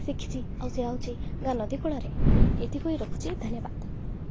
ଶିଖିଛି ଆଉ ସେ ଆସୁଛି ଗାଁ ନଦୀ କୂଳରେ ଏତିକି କହି ରଖୁଛି ଧନ୍ୟବାଦ